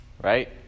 Right